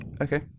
Okay